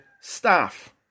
staff